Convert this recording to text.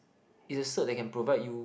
is a cert they can provide you